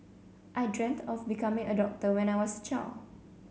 I dreamt of becoming a doctor when I was a child